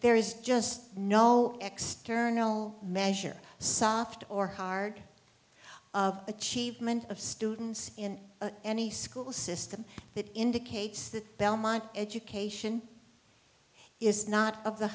there is just no external measure soft or hard achievement of students in any school system that indicates that belmont education it's not of the